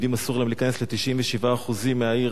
יהודים, אסור להם להיכנס ל-97% מהעיר.